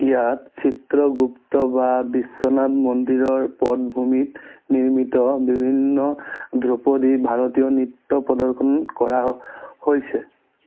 ইয়াত চিত্ৰগুপ্ত বা বিশ্বনাথ মন্দিৰৰ পটভূমিত নিৰ্মিত বিভিন্ন ধ্ৰুপদী ভাৰতীয় নৃত্য প্ৰদৰ্শন কৰা হৈছে